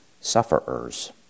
sufferers